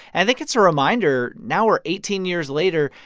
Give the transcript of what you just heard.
i think it's a reminder, now we're eighteen years later.